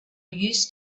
used